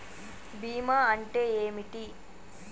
బీమా అంటే ఏమిటి?